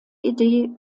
idee